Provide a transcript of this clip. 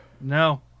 no